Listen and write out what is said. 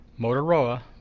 Motorola